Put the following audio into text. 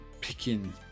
picking